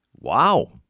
wow